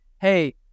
hey